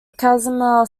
casimir